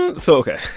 um so ok.